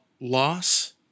loss